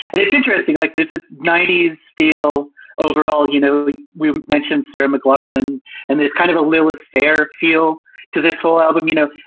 and it's interesting, like there's a ninety s feel overall you know we mentioned sarah mclachlan and there's kind of a militaire feel to this whole album, you know,